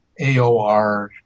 AOR